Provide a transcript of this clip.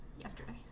yesterday